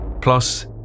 Plus